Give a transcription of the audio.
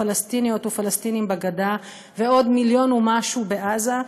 פלסטיניות ופלסטינים בגדה ועוד מיליון ומשהו בעזה,